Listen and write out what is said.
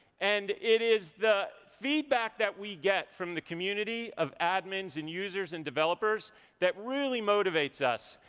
and it is the feedback that we get from the community of admins and users and developers that really motivates us,